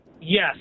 yes